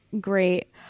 great